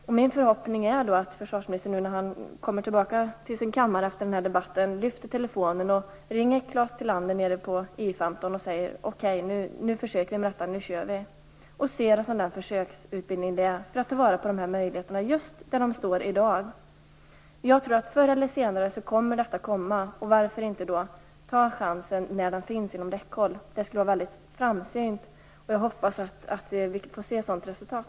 Det är min förhoppning att försvarsministern när han kommer tillbaka till sin kammare efter den här debatten lyfter på telefonluren, ringer upp Klaes Tilander på I 15 och säger: Okej, nu genomför vi en försöksutbildning för att ta vara på de möjligheter som finns just i dag. Jag tror att detta kommer förr eller senare. Varför inte ta chansen nu, när möjligheten finns inom räckhåll? Jag hoppas att vi får se ett sådant resultat.